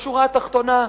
בשורה התחתונה,